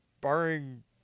barring